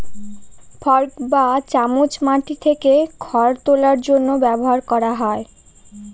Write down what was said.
fork বা চামচ মাটি থেকে খড় তোলার জন্য ব্যবহার করা হয়